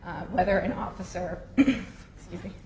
or whether an officer you think